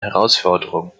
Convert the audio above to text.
herausforderungen